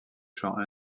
champs